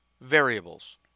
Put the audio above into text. variables